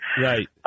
Right